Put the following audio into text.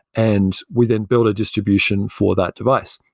and we then build a distribution for that device.